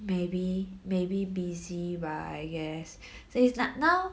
maybe maybe busy bah I guess so it's like now